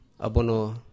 abono